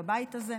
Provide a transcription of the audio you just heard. בבית הזה,